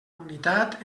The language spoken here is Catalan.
unitat